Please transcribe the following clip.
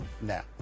Now